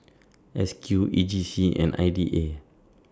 S Q E J C and I D A